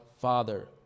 Father